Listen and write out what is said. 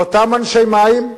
לאותם אנשי מים.